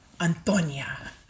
Antonia